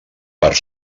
part